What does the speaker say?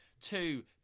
Two